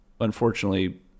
Unfortunately